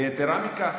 ויתרה מכך,